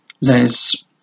Les